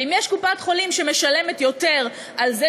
ואם יש קופת-חולים שמשלמת יותר על זה